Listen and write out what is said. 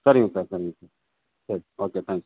சரிங்க சார் சரிங்க sir sir okay thanks